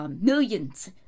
Millions